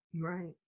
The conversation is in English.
Right